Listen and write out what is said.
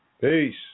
Peace